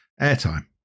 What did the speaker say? airtime